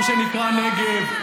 הוא וחבר שלו יביאו לך גם את הכסף.